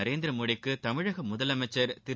நரேந்திரமோடிக்கு தமிழக முதலமைச்சள் திரு